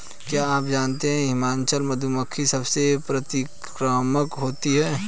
क्या आप जानते है हिमालयन मधुमक्खी सबसे अतिक्रामक होती है?